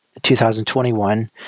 2021